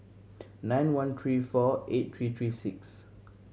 nine one three four eight three three six